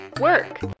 work